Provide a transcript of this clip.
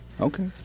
Okay